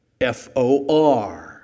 F-O-R